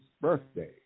birthday